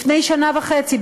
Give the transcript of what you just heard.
לפני שנה וחצי,